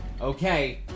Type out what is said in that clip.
Okay